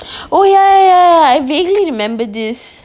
oh ya ya ya I vaguely remember this